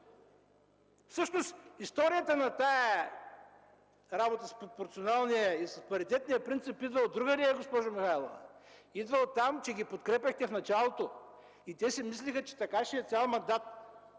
Всъщност историята на тази работа с пропорционалния и с паритетния принцип идва от другаде, госпожо Михайлова. Идва от там, че ги подкрепяхте в началото и те си мислиха, че така ще е цял мандат.